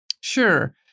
Sure